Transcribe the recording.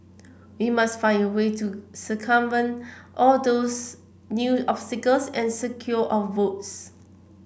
we must find a way to circumvent all those new obstacles and secure our votes